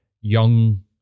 young